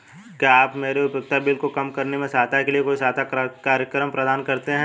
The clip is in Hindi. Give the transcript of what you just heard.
क्या आप मेरे उपयोगिता बिल को कम करने में सहायता के लिए कोई सहायता कार्यक्रम प्रदान करते हैं?